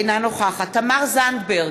אינה נוכחת תמר זנדברג,